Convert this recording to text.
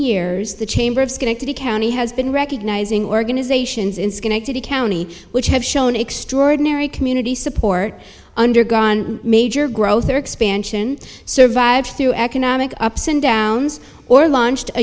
years the chamber of schenectady county has been recognizing organizations in county which have shown extraordinary community support undergone major growth or expansion survive through economic ups and downs or launched a